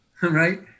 Right